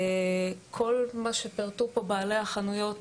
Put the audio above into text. כל מה שפירטו פה בעלי החנויות